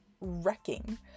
wrecking